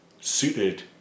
suited